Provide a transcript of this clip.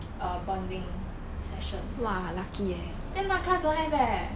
err bonding session then my class don't have eh